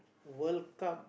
World-Cup